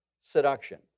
seduction